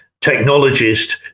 technologist